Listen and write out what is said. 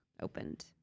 opened